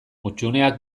hutsuneak